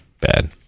bad